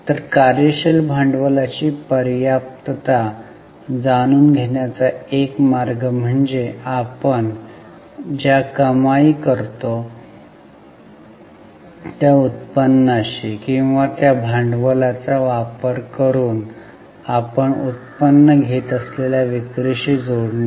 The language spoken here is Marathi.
तर कार्यशील भांडवलाची पर्याप्तता जाणून घेण्याचा एक मार्ग म्हणजे आपण ज्या कमाई करतो त्या उत्पन्नाशी किंवा त्या भांडवलाचा वापर करून आपण उत्पन्न घेत असलेल्या विक्रीशी जोडणे